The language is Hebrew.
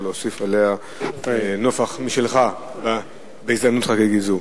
להוסיף עליה נופך משלך בהזדמנות חגיגית זו.